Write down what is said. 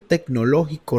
tecnológico